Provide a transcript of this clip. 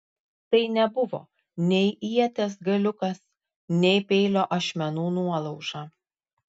tai nebuvo nei ieties galiukas nei peilio ašmenų nuolauža